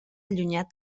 allunyat